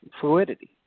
fluidity